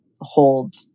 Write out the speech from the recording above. hold